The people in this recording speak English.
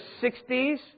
60s